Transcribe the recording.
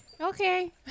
Okay